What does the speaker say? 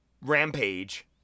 Rampage